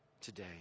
today